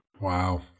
Wow